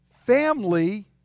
Family